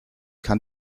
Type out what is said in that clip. kann